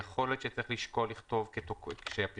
יכול להיות שצריך לשקול לכתוב שהפרסומים